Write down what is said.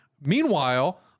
Meanwhile